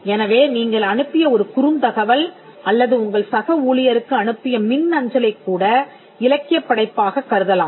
எனவே நீங்கள் அனுப்பிய ஒரு குறுந்தகவல் அல்லது உங்கள் சக ஊழியருக்கு அனுப்பிய மின்னஞ்சலைக் கூட இலக்கியப் படைப்பாகக் கருதலாம்